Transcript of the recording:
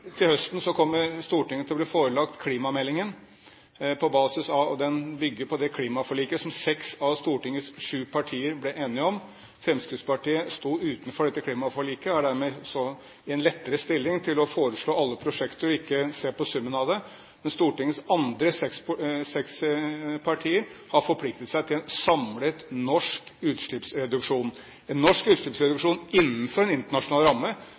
til høsten kommer Stortinget til å bli forelagt klimameldingen. Den bygger på det klimaforliket som seks av Stortingets sju partier ble enige om. Fremskrittspartiet sto utenfor dette klimaforliket og er dermed i en lettere stilling til å foreslå alle prosjekter og ikke se på summen av dem, mens Stortingets seks andre partier har forpliktet seg til en samlet norsk utslippsreduksjon – en norsk utslippsreduksjon innenfor en internasjonal ramme.